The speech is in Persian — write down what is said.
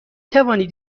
توانید